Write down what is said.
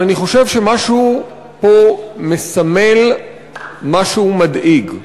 אבל אני חושב שמשהו פה מסמל משהו מדאיג.